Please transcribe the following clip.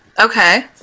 Okay